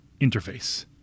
interface